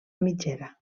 mitgera